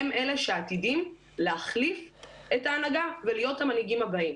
הם אלה שעתידים להחליף את ההנהגה ולהיות המנהיגים הבאים.